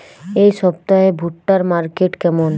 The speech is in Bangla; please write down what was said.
এই সপ্তাহে ভুট্টার মার্কেট কেমন?